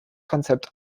konzept